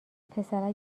پسرک